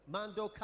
Mando